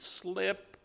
slip